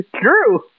True